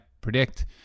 predict